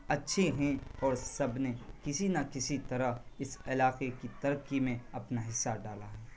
اچھے ہیں اور سب نے کسی نہ کسی طرح اس علاقے کی ترقی میں اپنا حصہ ڈالا ہے